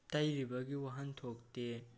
ꯇꯩꯔꯤꯕꯒꯤ ꯋꯥꯍꯟꯊꯣꯛꯇꯤ